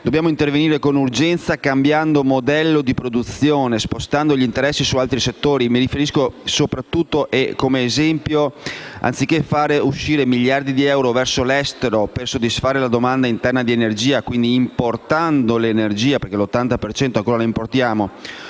Dobbiamo intervenire con urgenza cambiando modello di produzione, spostando gli interessi su altri settori. In particolare, ad esempio, anziché fare uscire migliaia di euro verso l'estero per soddisfare la domanda interna di energia, quindi importando energia (perché l'80 per cento